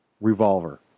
revolver